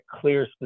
clear